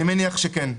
מניח שכן.